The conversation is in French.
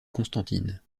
constantine